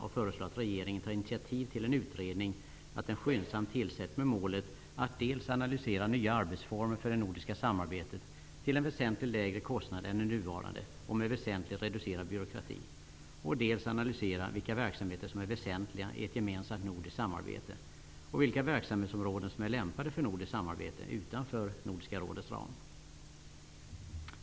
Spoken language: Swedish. Vi föreslår att regeringen tar initiativ till att en utredning skyndsamt tillsätts, med målet att dels analysera nya arbetsformer för det nordiska samarbetet till en väsentligt lägre kostnad än de nuvarande och med väsentligt reducerad byråkrati, dels analysera vilka verksamheter som är väsentliga i ett nordiskt samarbete och vilka verksamhetsområden som är lämpade för nordiskt samarbete utanför Nordiska rådets ram.